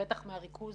בטח מהריכוז